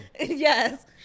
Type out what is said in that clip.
Yes